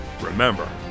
Remember